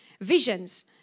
Visions